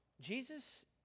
Jesus